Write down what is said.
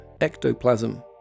ectoplasm